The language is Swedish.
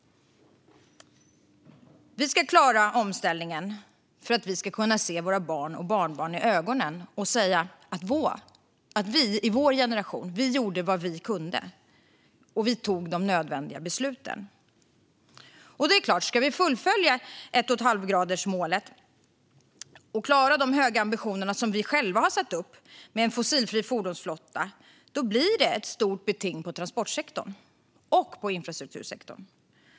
Vi ska klara omställningen för att kunna se våra barn och barnbarn i ögonen och säga att vi i vår generation gjorde vad vi kunde och tog de nödvändiga besluten. Ska vi fullfölja 1,5-gradersmålet och klara de höga ambitioner som vi själva har satt upp med en fossilfri fordonsflotta blir det ett stort beting på transportsektorn och infrastruktursektorn.